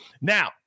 Now